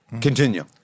Continue